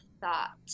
thought